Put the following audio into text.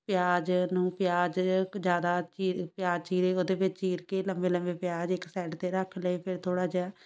ਪਿਆਜ਼ ਨੂੰ ਪਿਆਜ਼ ਜ਼ਿਆਦਾ ਚੀ ਪਿਆਜ਼ ਚੀਰੇ ਉਹਦੇ ਵਿੱਚ ਚੀਰ ਕੇ ਲੰਬੇ ਲੰਬੇ ਪਿਆਜ਼ ਇੱਕ ਸਾਈਡ 'ਤੇ ਰੱਖ ਲਏ ਫਿਰ ਥੋੜ੍ਹਾ ਜਿਹਾ